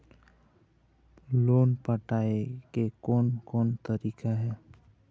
Loan पटाए के कोन कोन तरीका हे?